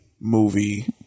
movie